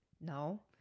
No